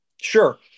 Sure